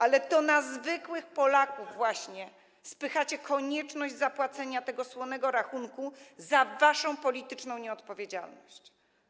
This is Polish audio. Ale to właśnie na zwykłych Polaków spychacie konieczność zapłacenia tego słonego rachunku za waszą polityczną nieodpowiedzialność.